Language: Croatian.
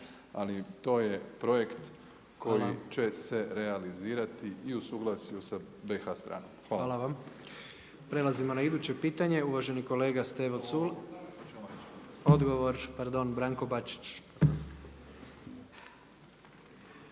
ali to je projekt koji će se realizirati i u suglasju sa BiH stranom. Hvala. **Jandroković, Gordan (HDZ)** Hvala vam. Prelazimo na iduće pitanje, uvaženi kolega Stevo Culej. Odgovor, pardon Branko Bačić.